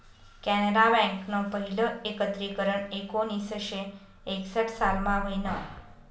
कॅनरा बँकनं पहिलं एकत्रीकरन एकोणीसशे एकसठ सालमा व्हयनं